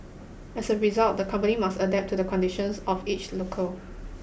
as a result the company must adapt to the conditions of each locale